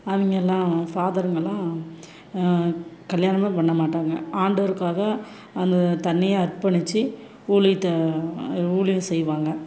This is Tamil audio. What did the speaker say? அவங்களாம் ஃபாதருங்கள்லாம் கல்யாணமே பண்ண மாட்டாங்க ஆண்டவருக்காக அந்த தன்னையே அர்பணித்து ஊழியத்த ஊழியம் செய்வாங்க